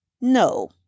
No